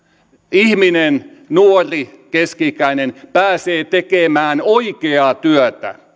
ihminen nuori keski ikäinen pääsee tekemään oikeaa työtä